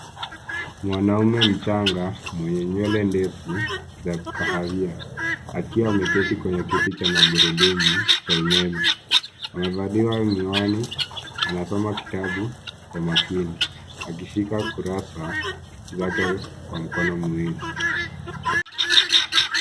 Mwanaume mchanga mwenye nywele ndefu za kahawia akiwa ameketi kwenye kiti cha magurudumu cha umeme. Amevalia miwani, anasoma kitabu kwa makini akishika kurasa zake kwa mkono miwili.